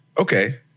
Okay